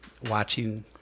Watching